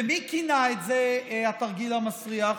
ומי כינה את זה "התרגיל המסריח"?